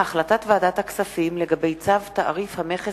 החלטת ועדת הכספים לגבי צו תעריף המכס